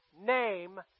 name